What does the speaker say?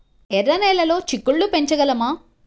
ఎర్ర నెలలో చిక్కుళ్ళు పెంచగలమా?